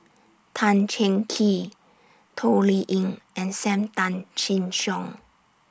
Tan Cheng Kee Toh Liying and SAM Tan Chin Siong